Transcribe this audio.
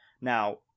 Now